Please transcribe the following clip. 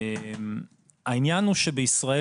העניין הוא שבישראל,